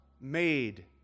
made